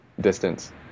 distance